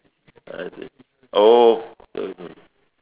I see oh